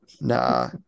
Nah